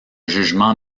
jugement